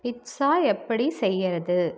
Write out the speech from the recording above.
pizza எப்படி செய்றது